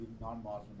non-Muslim